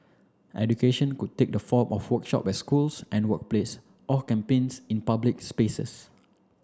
education could take the form of workshops at schools and workplace or campaigns in public spaces